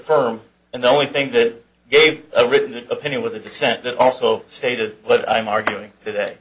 firm and the only thing that gave a written opinion was the dissent that also stated what i'm arguing today